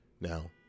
Now